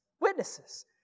Witnesses